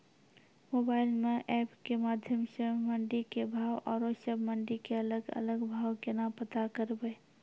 Mobile म app के माध्यम सऽ मंडी के भाव औरो सब मंडी के अलग अलग भाव केना पता करबै?